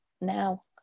now